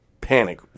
panic